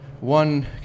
One